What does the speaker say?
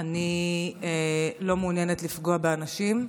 אני לא מעוניינת לפגוע באנשים.